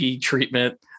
treatment